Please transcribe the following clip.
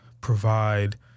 provide